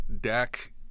deck